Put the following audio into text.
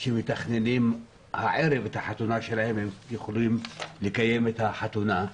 שתכננו להערב את החתונה שלהם יכולים לקיים את החתונה,